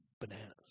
bananas